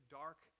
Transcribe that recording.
dark